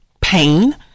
pain